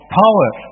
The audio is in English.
power